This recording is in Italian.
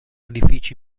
edifici